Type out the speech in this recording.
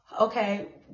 okay